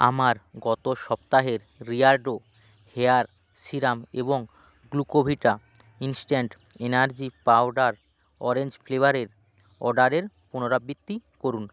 আমার গত সপ্তাহের রিয়ার্ডো হেয়ার সিরাম এবং Glucovita instant energy powder orange ফ্লেভারের অর্ডারের পুনরাবৃত্তি করুন